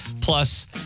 Plus